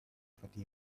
fatima